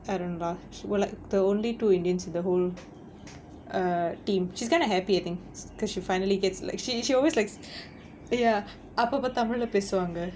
I don't draft we're like the only two indians in the whole err team she's kind of happy I think because she finally gets like she she always likes ya அப்பப்ப:appappa tamil lah பேசுவாங்க:pesuvaanga